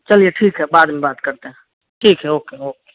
चलिए ठीक है बाद में बात करते हैं ठीक है ओके ओके